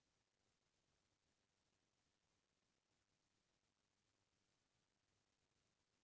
jute के खेती ह गरम अउ ठंडा मौसम वाला ठऊर म जादा करथे